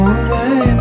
away